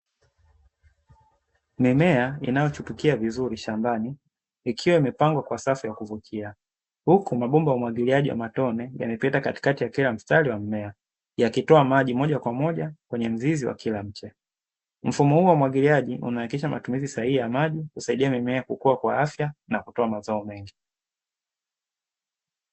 Mimea inayochipukia vizuri shambani ikiwa imepangwa kwa safu ya kuvutia, huku mabomba ya umwagiliaji wa matone yamepita katikati ya ila mstari wa mmea, yakitoa maji moja kwa moja kwenye mzizi wa kila mche. Mfumo huu wa umwagiliaji unahakikisha matumizi sahihi ya maji, husaidia mimea kukua kwa afya na kutoa mazao mengi.